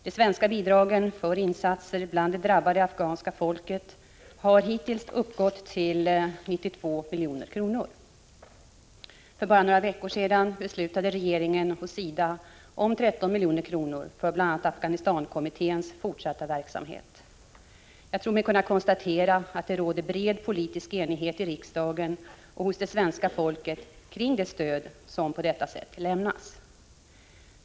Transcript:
De svenska bidragen för insatser bland det drabbade afghanska folket har hittills uppgått till 92 milj.kr. För bara några veckor sedan beslutade regeringen och SIDA om att anslå 13 milj.kr. för bl.a. Afghanistan-kommitténs fortsatta verksamhet. Jag tror mig kunna konstatera att det råder bred politisk enighet i riksdagen och hos det svenska folket kring det stöd som på detta sätt lämnas.